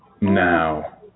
now